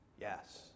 Yes